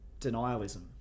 denialism